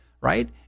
right